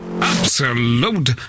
absolute